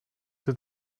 sie